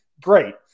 Great